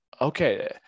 okay